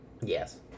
Yes